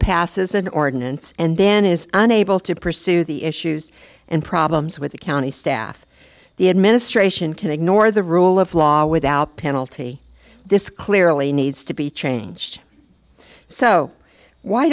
passes an ordinance and then is unable to pursue the issues and problems with the county staff the administration can ignore the rule of law without penalty this clearly needs to be changed so why